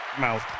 Mouth